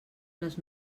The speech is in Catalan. les